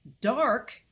dark